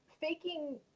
faking